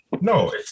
No